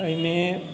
एहिमे